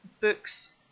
books